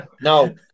No